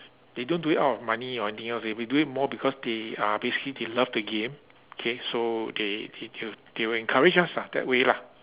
they don't do it out of money or anything else they will do it more because they are basically they love the game K so they they they will they will encourage us ah that way lah